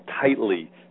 tightly